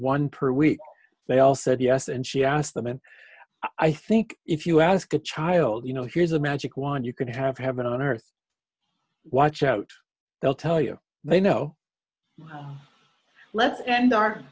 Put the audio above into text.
one per week they all said yes and she asked them and i think if you ask a child you know here's a magic wand you can have heaven on earth watch out they'll tell you they know let's end